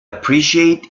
appreciate